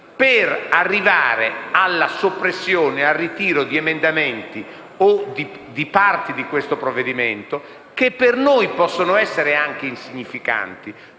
per arrivare alla soppressione e al ritiro di emendamenti o di parti del provvedimento in esame, che per noi possono essere anche insignificanti